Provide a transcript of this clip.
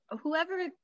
Whoever